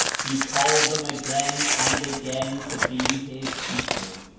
he called them again and again to be his people.